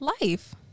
Life